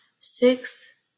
six